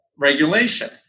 Regulation